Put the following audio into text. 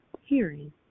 hearing